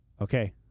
Okay